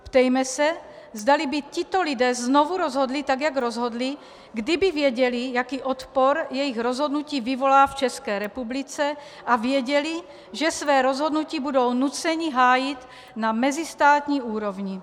Ptejme se, zdali by tito lidé znovu rozhodli tak, jak rozhodli, kdyby věděli, jaký odpor jejich rozhodnutí vyvolá v České republice, a věděli, že své rozhodnutí budou nuceni hájit na mezistátní úrovni.